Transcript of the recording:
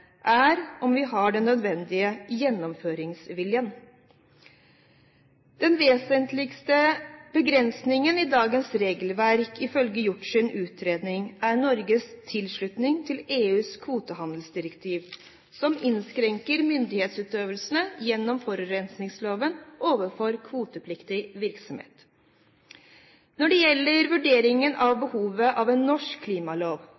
er om vi har den nødvendige gjennomføringsviljen. Den vesentligste begrensningen i dagens regelverk er ifølge Hjorts utredning Norges tilslutning til EUs kvotehandelsdirektiv, som innskrenker myndighetsutøvelse gjennom forurensningsloven overfor kvotepliktig virksomhet. Når det gjelder vurderingen av behovet for en norsk klimalov,